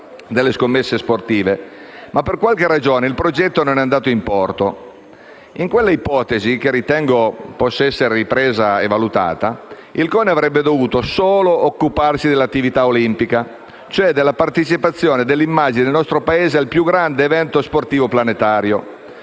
il CONI avrebbe dovuto solo occuparsi dell'attività olimpica, cioè della partecipazione e dell'immagine del nostro Paese al più grande evento sportivo planetario,